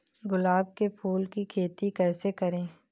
गुलाब के फूल की खेती कैसे करें?